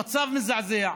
המצב מזעזע,